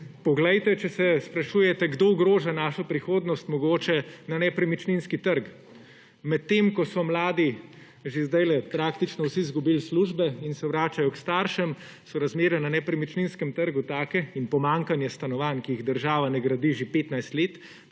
Poglejte, če se sprašujete, kdo ogroža našo prihodnost, mogoče na nepremičninski trg. Medtem ko so mladi že sedaj praktično vsi izgubili službe in se vračajo k staršem, so razmere na nepremičninskem trgu takšne − in pomanjkanje stanovanj, ki jih držav ne gradi že 15 let